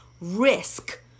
risk